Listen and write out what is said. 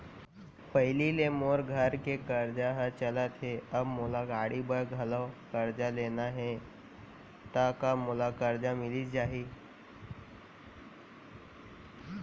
पहिली ले मोर घर के करजा ह चलत हे, अब मोला गाड़ी बर घलव करजा लेना हे ता का मोला करजा मिलिस जाही?